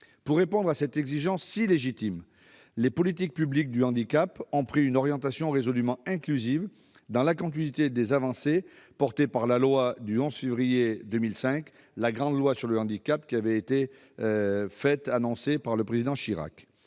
Pour répondre à cette exigence, si légitime, les politiques publiques du handicap ont pris une orientation résolument inclusive, dans la continuité des avancées portées par la loi du 11 février 2005, la grande loi sur le handicap voulue par le président Chirac.